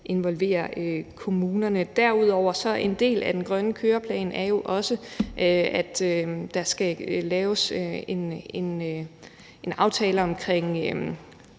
involvere kommunerne. Derudover er en del af den grønne køreplan jo også, at der skal laves en aftale omkring,